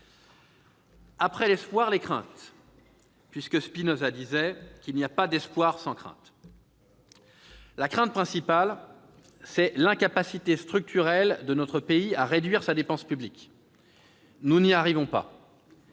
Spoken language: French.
Après l'espoir, les craintes, puisque Spinoza disait qu'il n'y a pas d'espoir sans crainte. Allons bon ! La crainte principale tient à l'incapacité structurelle de notre pays à réduire sa dépense publique. Nous n'y arrivons pas